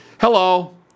Hello